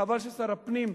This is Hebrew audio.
חבל ששר הפנים,